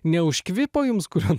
neužkvipo jums kurio